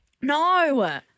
No